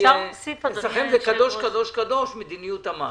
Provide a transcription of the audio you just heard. אצלכם זה קדוש-קדוש-קדוש מדיניות המס.